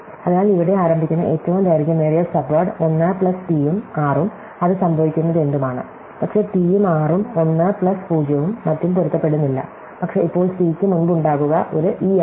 അതിനാൽ ഇവിടെ ആരംഭിക്കുന്ന ഏറ്റവും ദൈർഘ്യമേറിയ സബ്വേഡ് 1 പ്ലസ് t ഉം r ഉം അത് സംഭവിക്കുന്നതെന്തുംആണ് പക്ഷേ t ഉം r ഉം 1 പ്ലസ് 0 ഉം മറ്റും പൊരുത്തപ്പെടുന്നില്ല പക്ഷേ ഇപ്പോൾ c ക്ക് മുൻപുണ്ടാകുക ഒരു e ആണ്